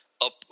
Up